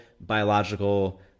biological